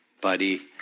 buddy